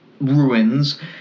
ruins